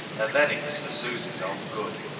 and then it was for susy's own good,